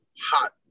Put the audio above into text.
hot